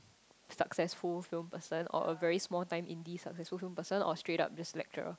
successful film person or a very small time indie successful film person or straight up just lecturer